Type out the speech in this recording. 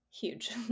huge